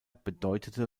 bedeutete